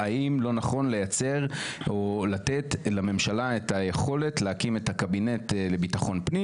נכון לייצר או לתת לממשלה את היכולת להקים את הקבינט לביטחון פנים